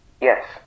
yes